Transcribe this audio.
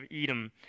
Edom